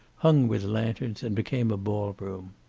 hung with lanterns, and became a ballroom.